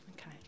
okay